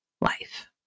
life